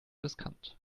riskant